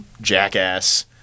jackass